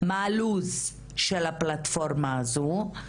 מה הלו"ז של הפלטפורמה הזו?